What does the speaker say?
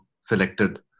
selected